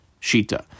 Shita